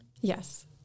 Yes